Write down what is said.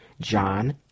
john